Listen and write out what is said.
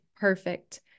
perfect